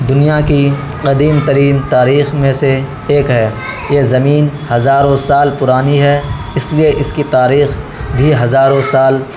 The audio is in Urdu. دنیا کی قدیم ترین تاریخ میں سے ایک ہے یہ زمین ہزاروں سال پرانی ہے اس لیے اس کی تاریخ بھی ہزاروں سال